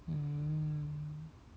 mm